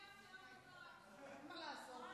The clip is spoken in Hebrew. אין מה לעשות,